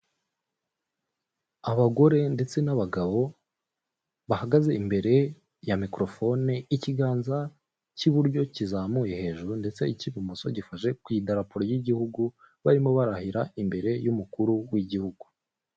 Abagore ndetse n'abagabo, bahagaze imbere ya mikorofone, ikiganza cy'iburyo kizamuye hejuru, ndetse icy'ibumoso gifashe ku idarapo ry'igihugu, barimo barahira imbere y'umukuru w'igihugu.